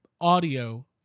audio